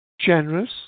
generous